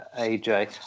AJ